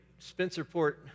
Spencerport